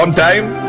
um time